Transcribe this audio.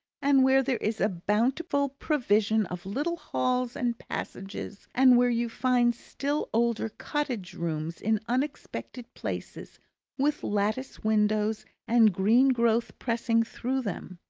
and where there is a bountiful provision of little halls and passages, and where you find still older cottage-rooms in unexpected places with lattice windows and green growth pressing through them.